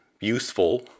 useful